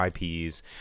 IPs